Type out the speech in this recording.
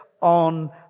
on